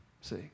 see